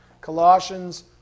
Colossians